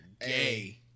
gay